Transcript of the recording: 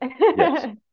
yes